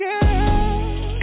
girl